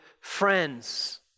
friends